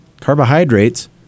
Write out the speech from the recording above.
carbohydrates